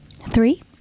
Three